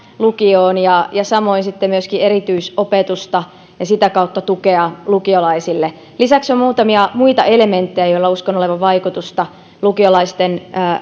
lukioon ja ja samoin sitten myöskin erityisopetusta ja sitä kautta tukea lukiolaisille lisäksi on muutamia muita elementtejä joilla uskon olevan vaikutusta lukiolaisten